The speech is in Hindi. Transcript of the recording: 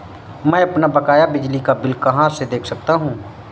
मैं अपना बकाया बिजली का बिल कहाँ से देख सकता हूँ?